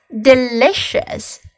delicious